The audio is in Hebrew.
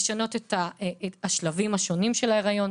לשנות את השלבים השונים של ההיריון,